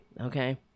Okay